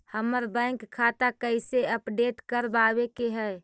हमर बैंक खाता कैसे अपडेट करबाबे के है?